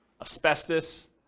asbestos